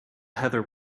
heather